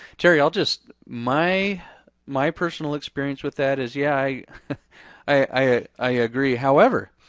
terri i'll just, my my personal experience with that is yeah i agree, however.